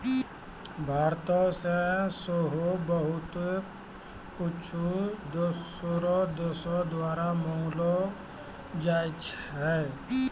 भारतो से सेहो बहुते कुछु दोसरो देशो द्वारा मंगैलो जाय छै